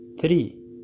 three